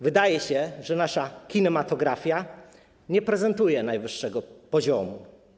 Wydaje się, że nasza kinematografia nie prezentuje najwyższego poziomu.